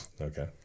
okay